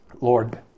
Lord